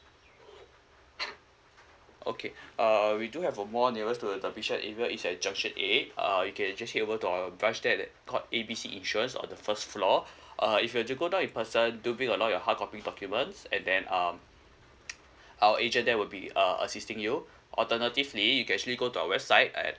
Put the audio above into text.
okay uh we do have a mall nearest to the bishan area is at junction eight uh you can just head over to our branch there that called A B C insurance on the first floor uh if you were to go down in person do bring along your hardcopy documents and then um our agent there will be uh assisting you alternatively you can actually go to our website at